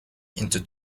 into